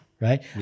Right